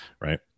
right